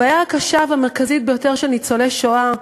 הבעיה הקשה והמרכזית ביותר של ניצולי שואה,